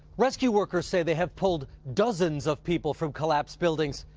rescue workers say they have pulled dozens of people from collapsed buildings,